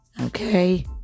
Okay